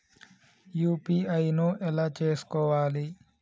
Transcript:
UPI ను ఎలా చేస్కోవాలి?